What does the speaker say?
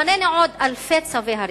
לפנינו עוד אלפי צווי הריסה.